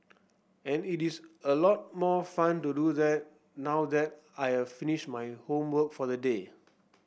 and it is a lot more fun to do that now that I have finished my homework for the day